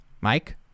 Mike